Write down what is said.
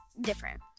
different